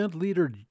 leader